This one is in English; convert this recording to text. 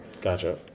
gotcha